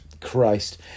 Christ